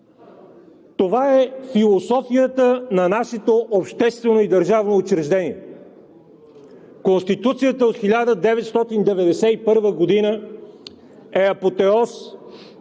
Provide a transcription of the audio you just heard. Това е философията на нашето обществено и държавно учреждение. Конституцията от 1991 г. е апотеоз